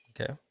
Okay